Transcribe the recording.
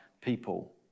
people